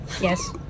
Yes